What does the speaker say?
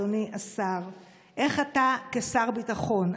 אדוני השר: איך אתה כשר ביטחון,